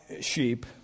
sheep